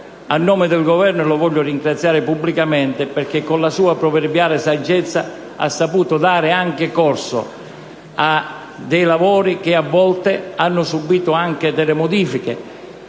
A nome del Governo lo voglio ringraziare pubblicamente, perché con la sua proverbiale saggezza ha saputo dare corso a lavori che hanno subito modifiche